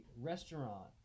restaurant